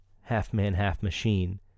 half-man-half-machine